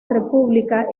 república